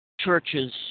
churches